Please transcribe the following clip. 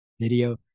video